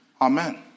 Amen